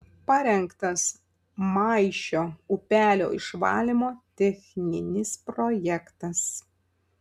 parengtas maišio upelio išvalymo techninis projektas